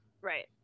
Right